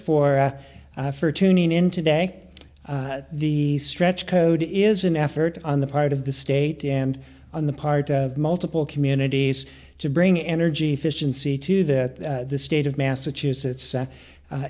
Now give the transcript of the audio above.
for for tuning in today the stretch code is an effort on the part of the state and on the part of multiple communities to bring energy efficiency to that the state of massachusetts